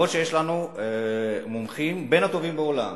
אף-על-פי שיש לנו מומחים בין הטובים בעולם,